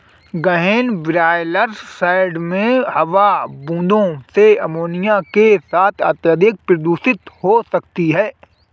गहन broiler shed में हवा बूंदों से अमोनिया के साथ अत्यधिक प्रदूषित हो सकती है